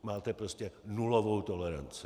Máte prostě nulovou toleranci.